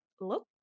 look